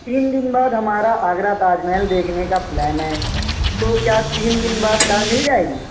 تین دن بعد ہمارا آگرہ تاج محل دیکھنے کا پلین ہے تو کیا تین دن بعد کار مل جائے گی